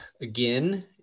again